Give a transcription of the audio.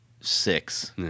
six